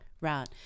Right